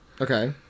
Okay